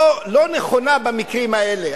לא נכונה במקרים האלה.